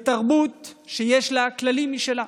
בתרבות שיש לה כללים משלה.